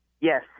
Yes